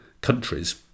countries